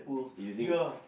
using